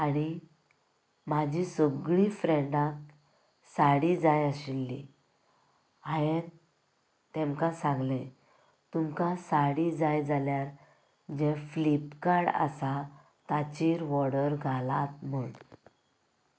आणी म्हजे सगळीं फ्रेंडा साडी जाय आशिल्ली हांयेन तेंकां सांगलें तुमकां साडी जाय जाल्यार जें फ्लिपकार्ट आसा ताचेर वॉर्डर घालात म्हूण